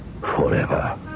forever